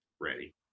Ready